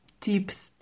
tips